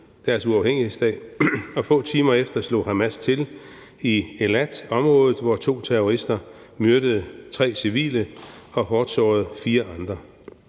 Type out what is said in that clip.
deres uafhængighedsdag, og få timer efter slog Hamas til i Elatområdet, hvor to terrorister myrdede tre civile og sårede fire andre